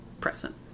present